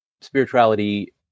spirituality